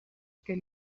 que